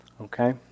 Okay